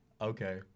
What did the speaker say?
Okay